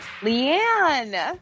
Leanne